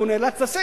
והוא נאלץ לסגת,